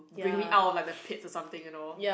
bring me out of like the pits or something you know